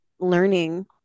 learning